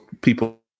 people